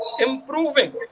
improving